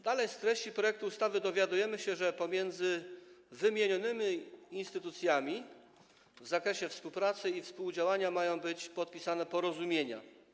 Dalej z treści projektu ustawy dowiadujemy się, że pomiędzy wymienionymi instytucjami w zakresie współpracy i współdziałania mają być podpisane porozumienia.